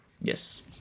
Yes